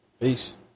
Peace